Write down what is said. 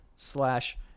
Slash